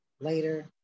later